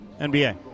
NBA